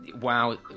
wow